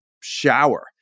shower